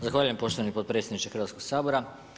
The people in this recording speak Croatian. Zahvaljujem poštovani potpredsjedniče Hrvatskoga sabora.